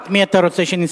את מי אתה רוצה שנסלק?